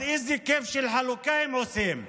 אז איזה כיף של חלוקה הם עושים: